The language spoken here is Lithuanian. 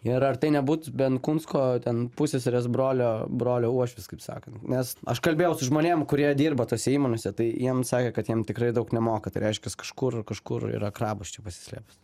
ir ar tai nebūtų benkunsko ten pusseserės brolio brolio uošvis kaip sakant nes aš kalbėjau su žmonėm kurie dirba tose įmonėse tai jiem sakė kad jiem tikrai daug nemoka tai reiškias kažkur kažkur yra krabas čia pasislėpęs